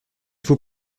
faut